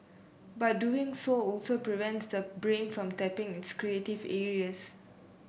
but doing so also prevents the brain from tapping its creative areas